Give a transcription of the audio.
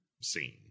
scene